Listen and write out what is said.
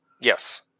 Yes